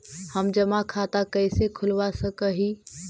हम जमा खाता कैसे खुलवा सक ही?